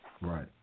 Right